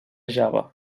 java